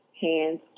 hands